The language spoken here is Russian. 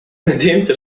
надеемся